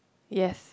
yes